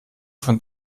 von